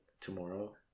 tomorrow